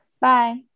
bye